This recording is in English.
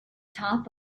top